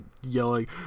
yelling